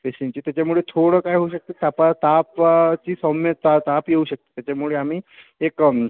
पेशींची त्याचमुळे थोडं काय होऊ शकते तापा तापाची सौम्य ता ताप येऊ शकते त्याच्यामुळे आम्ही एक